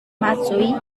matsui